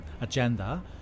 agenda